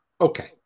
okay